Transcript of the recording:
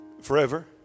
forever